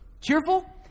Cheerful